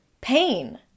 pain